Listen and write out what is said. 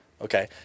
Okay